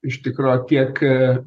iš tikro tiek